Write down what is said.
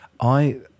I-